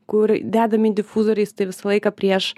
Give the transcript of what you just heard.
kur dedam į difuzoriais tai visą laiką prieš